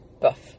buff